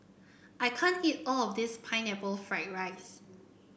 I can't eat all of this Pineapple Fried Rice